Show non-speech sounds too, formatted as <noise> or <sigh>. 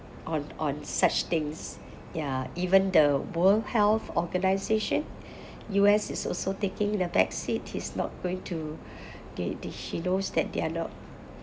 on on such things ya even the world health organisation <breath> U_S is also taking the back seat he's not going to <breath> they they he knows that they're not